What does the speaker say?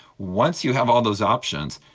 once you have all those options,